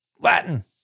Latin